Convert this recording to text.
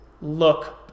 look